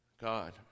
God